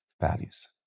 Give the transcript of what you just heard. values